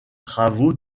travaux